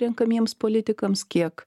renkamiems politikams kiek